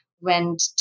went